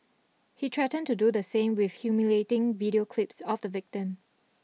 he threatened to do the same with humiliating video clips of the victim